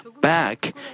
back